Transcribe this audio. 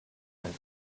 and